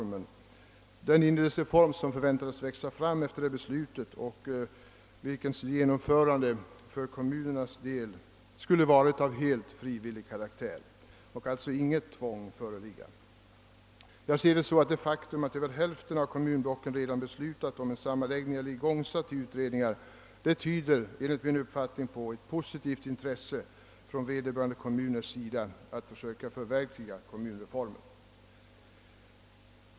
Genomförandet av den indelningsreform, som förväntades växa fram efter beslutet, skulle för kommunernas del vara av helt frivillig karaktär, och alltså skulle inget tvång tillgripas för reformens förverkligande. Det faktum att över hälften av kommunblocken redan beslutat om en sammanläggning eller igångsatt utredningar tyder enligt min uppfattning på ett positivt intresse från vederbörande kommuners sida att försöka förverkliga kommunreformen.